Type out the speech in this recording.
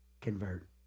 Convert